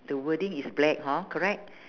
the wording is black hor correct